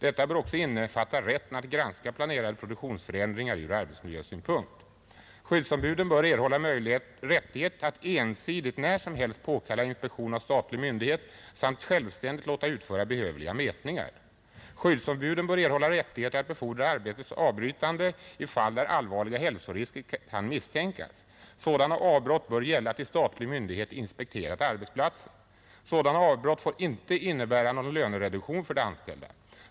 Detta bör också innefatta rätten att granska planerade produktionsförändringar från arbetsmiljösynpunkt. Skyddsombuden bör erhålla rättighet att ensidigt och när som helst påkalla inspektion av statlig myndighet samt självständigt låta utföra behövliga mätningar. Skyddsombuden bör erhålla rättighet att beordra arbetets avbrytande i fall där allvarliga hälsorisker kan misstänkas. Sådana avbrott bör gälla tills statlig myndighet inspekterat arbetsplatsen. Sådana avbrott får inte innebära någon lönereduktion för de anställda.